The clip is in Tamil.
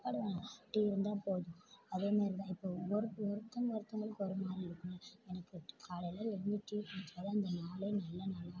சாப்பாடு வேண்ணா டீ இருந்தால்போதும் அதே மாதிரி தான் இப்போ ஒருத்தவங்க ஒருத்தவங்களுக்கு ஒரு மாதிரி இருக்கும் எனக்கு காலையில் எழுந்திரிச்சு டீ குடித்தாதான் அந்த நாளே நல்ல நாளாக அமையும்